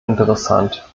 interessant